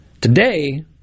Today